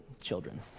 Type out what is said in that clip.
children